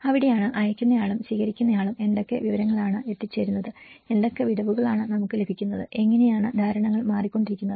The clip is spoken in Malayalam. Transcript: അവിടെയാണ് അയക്കുന്നയാളും സ്വീകരിക്കുന്നയാളും എന്തൊക്കെ വിവരങ്ങളാണ് എത്തിച്ചേരുന്നത് എന്തൊക്കെ വിടവുകളാണ് നമുക്ക് ലഭിക്കുന്നത് എങ്ങനെയാണ് ധാരണകൾ മാറിക്കൊണ്ടിരിക്കുന്നത്